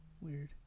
Weird